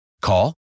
Call